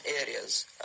areas